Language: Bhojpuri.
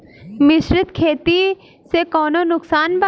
मिश्रित खेती से कौनो नुकसान बा?